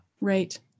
Right